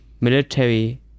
military